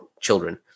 children